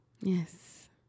Yes